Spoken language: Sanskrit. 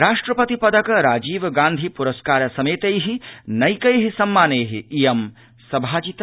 राष्ट्रपतिपदक राजीवगान्धि पुरस्कार समेतैः नैकैः सम्मानैः इयं सभाजिता